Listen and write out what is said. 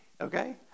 okay